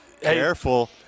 Careful